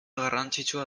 garrantzitsua